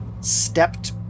stepped